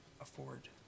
afford